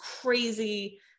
crazy